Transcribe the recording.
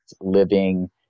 living